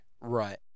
Right